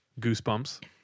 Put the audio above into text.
Goosebumps